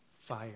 fire